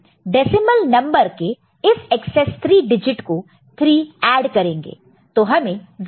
decimal number के इस excess 3 digit को 3 ऐड करेंगे